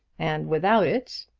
and without it,